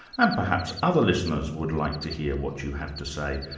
and perhaps other listeners would like to hear what you have to say,